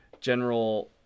general